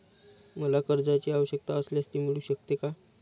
मला कर्जांची आवश्यकता असल्यास ते मिळू शकते का?